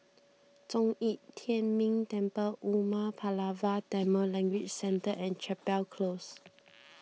Zhong Yi Tian Ming Temple Umar Pulavar Tamil Language Centre and Chapel Close